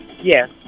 Yes